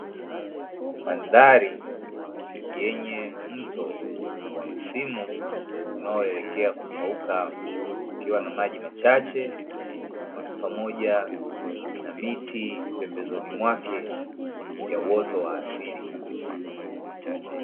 Mandhari yenye mto wa msimu unaoelekea kukauka, ukiwa na maji machache, pamoja na miti pembezoni mwake ya uoto wa asili kabisa.